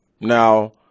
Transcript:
Now